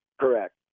correct